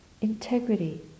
integrity